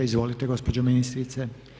Izvolite gospođo ministrice.